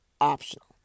optional